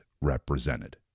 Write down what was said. represented